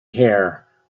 hair